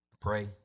pray